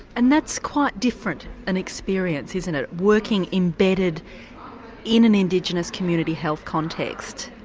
and that's quite different an experience, isn't it, working embedded in an indigenous community health context.